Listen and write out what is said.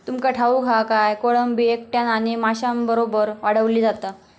तुमका ठाऊक हा काय, कोळंबी एकट्यानं आणि माशांबरोबर वाढवली जाता